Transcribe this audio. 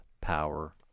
power